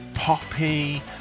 Poppy